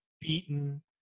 beaten